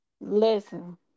listen